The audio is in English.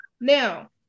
Now